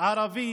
ערבי